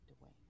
away